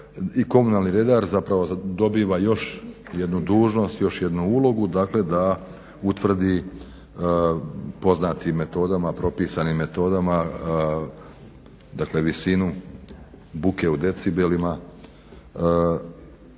komunalni redar zapravo dobiva još jednu dužnost, još jednu ulogu dakle da utvrdi poznatim metodama, propisanim metodama dakle visinu buke u decibelima